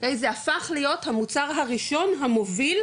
זה הפך להיות המוצר הראשון המוביל,